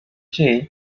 jay